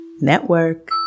Network